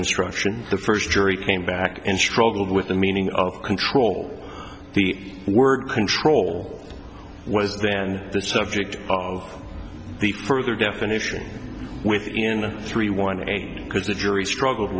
instruction the first jury came back and struggled with the meaning of control the word control was then the subject of the further definition within three one and because the jury struggled